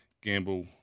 gamble